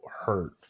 hurt